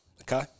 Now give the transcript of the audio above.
Okay